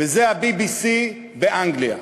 וזה ה-BBC באנגליה.